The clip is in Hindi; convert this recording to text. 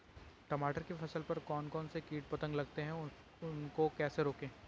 टमाटर की फसल पर कौन कौन से कीट पतंग लगते हैं उनको कैसे रोकें?